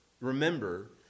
remember